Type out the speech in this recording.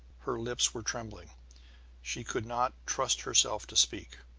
her lips were trembling she could not trust herself to speak.